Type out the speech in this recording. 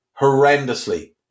Horrendously